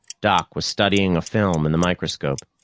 doc was studying a film in the microscope.